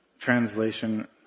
Translation